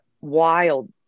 wild